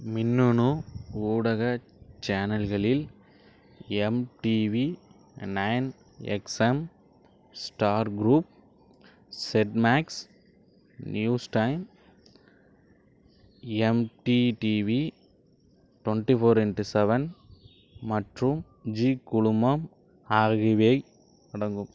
மின்னணு ஊடக சேனல்களில் MTV nine X M Star group SET Max news time NDTV twenty four into seven மற்றும் ஜீ குழுமம் ஆகியவை அடங்கும்